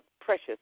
precious